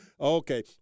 Okay